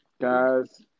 Guys